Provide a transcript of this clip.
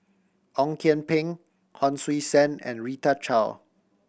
Ong Kian Peng Hon Sui Sen and Rita Chao